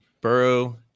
Burrow